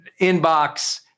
inbox